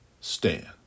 stand